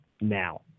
now